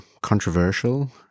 controversial